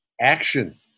action